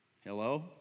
Hello